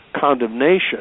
condemnation